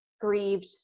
grieved